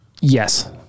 yes